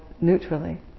neutrally